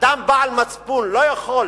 אדם בעל מצפון לא יכול